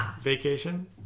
vacation